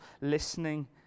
listening